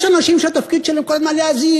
יש אנשים שהתפקיד שלהם כל הזמן להזהיר,